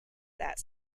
that